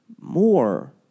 more